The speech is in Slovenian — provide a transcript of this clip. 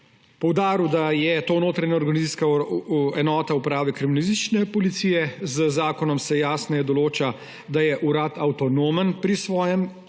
poudaril, da je to notranja organizacijska enota Uprave kriminalistične policije. Z zakonom se jasneje določa, da je urad avtonomen pri svojem